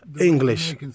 english